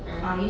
ah